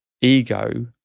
ego